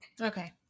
Okay